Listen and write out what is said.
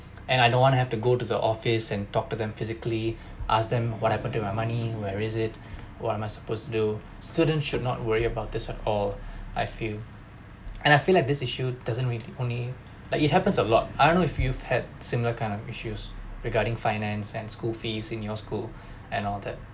and I don't want to have to go to the office and talk to them physically ask them what happened to my money where is it what am I supposed to do students should not worry about this at all I feel and I feel like this issued doesn't really only like it happens a lot I don't know if you've had similar kind of issues regarding finance and school fees in your school and all that